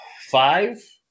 five